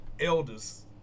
elders